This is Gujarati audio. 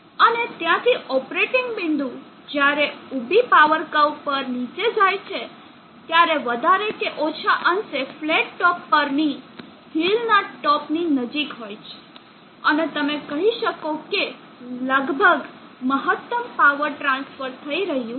અને ત્યાંથી ઓપરેટિંગ બિંદુ જ્યારે ઉભી પાવર કર્વ પર નીચે જાય છે ત્યારે તે વધારે કે ઓછા અંશે ફ્લેટ ટોપ પરની હિલ ના ટોપ ની નજીક હોય છે અને તમે કહી શકો કે લગભગ મહત્તમ પાવર ટ્રાન્સફર થઈ રહ્યું છે